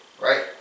Right